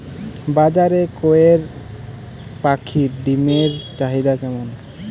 বাজারে কয়ের পাখীর ডিমের চাহিদা কেমন?